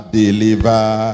deliver